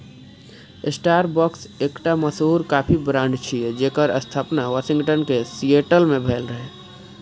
Starbucks एकटा मशहूर coffee brand छियै, जेकर स्थापना वाशिंगटन के सिएटल मे भेल रहै